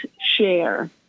share